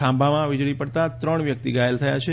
ખાંભામાં વીજળી પડતા ત્રણ વ્યક્તિ ધાયલ થયા છે